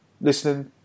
listening